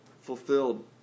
fulfilled